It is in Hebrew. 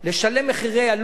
לשלם מחירי עלות,